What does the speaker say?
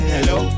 Hello